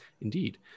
indeed